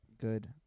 good